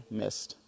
missed